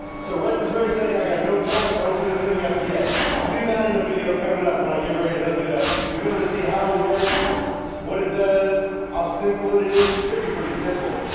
so right this very second i got no plans to open this thing up yet i'll do that in a video coming up when i get ready to hook it up. you'll be able to see how it works what it does how simple it is, it should be pretty simple